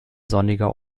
sonniger